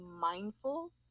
mindful